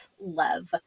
love